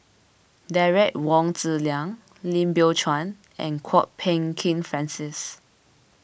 Derek Wong Zi Liang Lim Biow Chuan and Kwok Peng Kin Francis